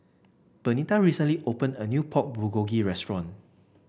Benita recently opened a new Pork Bulgogi Restaurant